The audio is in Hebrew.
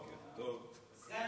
סגן